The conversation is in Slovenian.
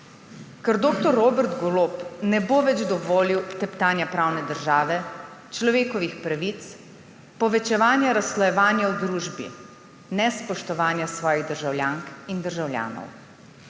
Ker dr. Robert Golob ne bo več dovolil teptanja pravne države, človekovih pravic, povečevanja razslojevanja v družbi, nespoštovanja svojih državljank in državljanov.